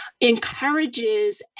encourages